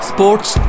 Sports